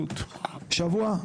שבוע?